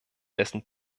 dessen